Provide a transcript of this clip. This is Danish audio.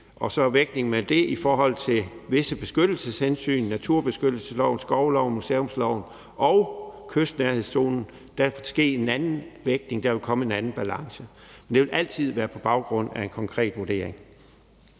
af vedvarende energi, sol og vind, og visse beskyttelseshensyn, naturbeskyttelsesloven, skovloven, museumsloven og kystnærhedszonen, der vil altså komme en anden balance, men det vil altid være på baggrund af en konkret vurdering.